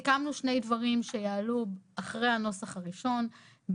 אנחנו סיכמנו שתי דברים שעלו אחרי הנוסח הראשון,